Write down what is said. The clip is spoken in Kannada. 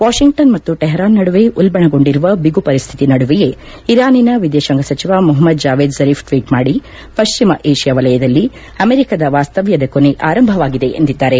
ವಾಷಿಂಗ್ಟನ್ ಮತ್ತು ಟೆಹರಾನ್ ನಡುವೆ ಉಲ್ಬಣಗೊಂಡಿರುವ ಬಿಗು ಪರಿಸ್ಥಿತಿ ನಡುವೆಯೇ ಇರಾನಿನ ವಿದೇಶಾಂಗ ಸಚಿವ ಮೊಹಮ್ಮದ್ ಜಾವೇದ್ ಜರೀಫ್ ಟ್ವೀಟ್ ಮಾಡಿ ಪಶ್ಚಿಮ ಏಷ್ಯಾ ವಲಯದಲ್ಲಿ ಅಮೆರಿಕ ವಾಸ್ತವ್ಯದ ಕೊನೆ ಆರಂಭವಾಗಿದೆ ಎಂದಿದ್ದಾರೆ